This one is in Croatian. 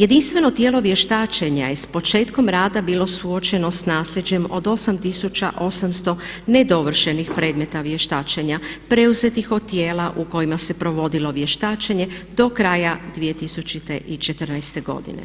Jedinstveno tijelo vještačenja je s početkom rada bilo suočeno s naslijeđem od 8800 nedovršenih predmeta vještačenja preuzetih od tijela u kojima se provodilo vještačenje do kraja 2014. godine